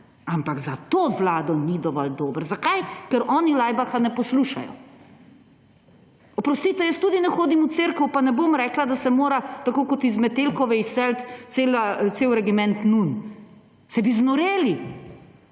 ampak za to vlado ni dovolj dober. Zakaj? Ker oni Laibacha ne poslušajo. Oprostite, jaz tudi ne hodim v cerkev, pa ne bom rekla, da se mora tako kot iz Metelkove izseliti cel regiment nun. Saj bi znoreli!